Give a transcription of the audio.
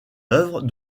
œuvre